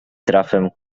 trafem